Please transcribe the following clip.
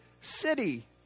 city